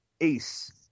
ACE